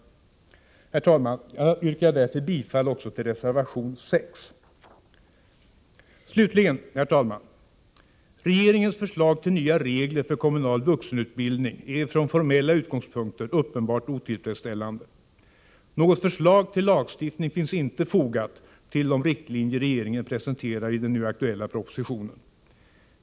Herr talman! Jag yrkar därför bifall också till reservation 6. Slutligen, herr talman, vill jag framhålla att regeringens förslag till nya regler för kommunal vuxenutbildning från formella utgångspunkter är uppenbart otillfredsställande. Något förslag till lagstiftning finns inte fogat till de riktlinjer regeringen presenterar i den nu aktuella propositionen.